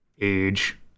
age